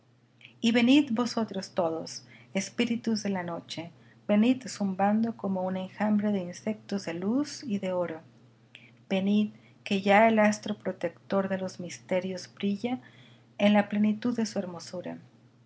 y venid vosotros todos espíritus de la noche venid zumbando como un enjambre de insectos de luz y de oro venid que ya el astro protector de los misterios brilla en la plenitud de su hermosura